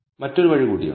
മറ്റൊരു വഴി കൂടിയുണ്ട്